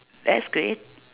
that's great